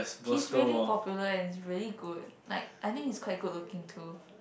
he's really popular and is really good like I think he's quite good looking too